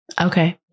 Okay